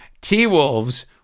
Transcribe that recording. T-Wolves